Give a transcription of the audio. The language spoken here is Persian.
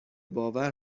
باور